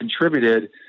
contributed